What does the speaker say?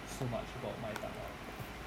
so much about 麦当劳